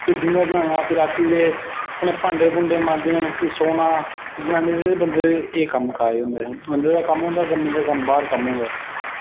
फिर डिनर बनाना ते रातीं दे भांडे मांजने ते फिर सोना जनानी ते बंदे दे एह् कम्म काज़ होंदे न ते बंदे दा कम्म होंदा कि अगर बाहर कम्म होऐ